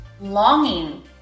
longing